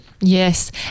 Yes